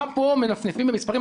גם פה מנפנפים במספרים,